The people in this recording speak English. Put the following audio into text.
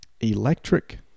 electric